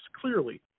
clearly